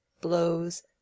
blows